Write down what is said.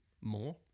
more